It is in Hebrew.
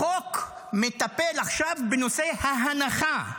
החוק מטפל עכשיו בנושא ההנחה.